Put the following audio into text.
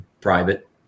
private